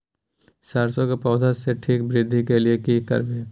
सरसो के पौधा के ठीक वृद्धि के लिये की करबै?